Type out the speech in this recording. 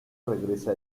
regresa